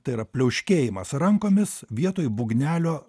tai yra pliauškėjimas rankomis vietoj būgnelio